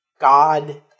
God